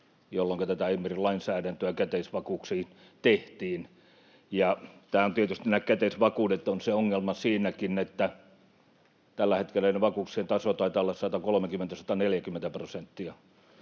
jolloinka tätä EMIR-lainsäädäntöä käteisvakuuksiin tehtiin. Tietysti nämä käteisvakuudet ovat ongelma siinäkin, että tällä hetkellä näiden vakuuksien taso taitaa olla 130—140 prosenttia.